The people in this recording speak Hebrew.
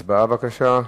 הצבעה, בבקשה.